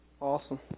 Awesome